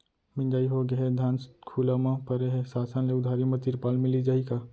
मिंजाई होगे हे, धान खुला म परे हे, शासन ले उधारी म तिरपाल मिलिस जाही का?